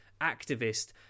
activist